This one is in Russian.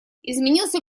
изменился